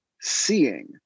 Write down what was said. seeing